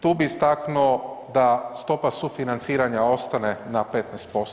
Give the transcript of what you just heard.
Tu bi istaknuo da stopa sufinanciranja ostane na 15%